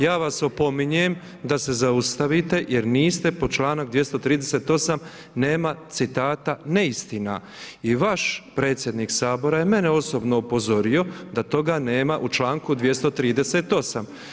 Ja vas opominjem da se zaustavite jer niste po čl. 238., nema citata neistina i vaš predsjednik Sabora je mene osobno upozorio da toga nema u čl. 238.